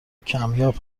کمیاب